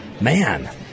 Man